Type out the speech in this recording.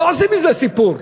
לא עושים מזה סיפור.